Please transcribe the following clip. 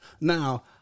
Now